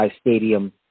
Stadium